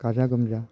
गाजा गोमजा